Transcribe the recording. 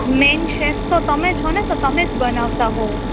main chef તો તમે છોને તો તમેજ બનાવતા હો